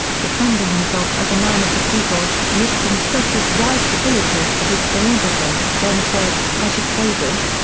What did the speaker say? defending himself as a man of the people, nixon stressed his wife's abilities as a stenographer, then said, i should say this,